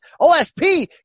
OSP